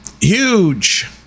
huge